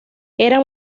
eran